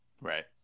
Right